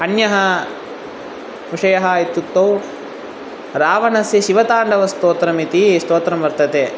अन्यः विषयः इत्युक्तौ रावणस्य शिवताण्डवस्तोत्रम् इति स्तोत्रं वर्तते